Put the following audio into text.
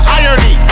irony